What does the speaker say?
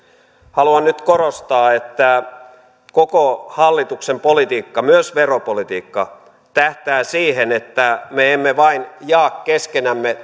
haluan nyt korostaa että koko hallituksen politiikka myös veropolitiikka tähtää siihen että me emme vain jaa keskenämme